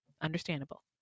understandable